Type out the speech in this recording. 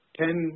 ten